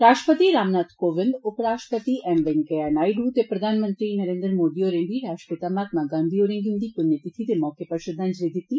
राष्ट्रपति रामनाथ कोविंद उपराष्ट्रपति एम वैंकयया नायड् ते प्रधानमंत्री नरेंद्र मोदी होरें बी राष्ट्रपिता महात्मा गांधी होरें गी उन्दी पुण्यतीथि दे मौके उप्पर श्रद्धांजली दिती